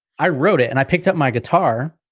i wrote it. and i picked up my guitar.